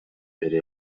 бере